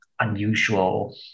unusual